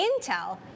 Intel